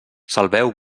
salveu